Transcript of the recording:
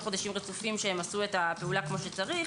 חודשים רצופים שהם עשו את העבודה כפי שצריך,